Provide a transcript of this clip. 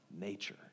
nature